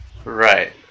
Right